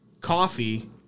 coffee